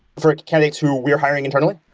for candidates who we're hiring internally?